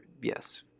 yes